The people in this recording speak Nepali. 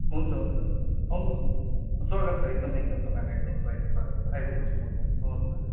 हुन्छ हुन्छ हुन्छ आउनुहोस् न स्वागत छ एकदमै एकदम तपाईँलाई एकदम पुरै स्वागत छ आइपुग्नु होस् न हुन्छ हुन्छ